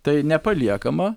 tai nepaliekama